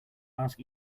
ask